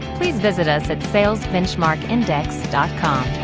please visit us at salesbenchmarkindex com.